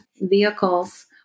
vehicles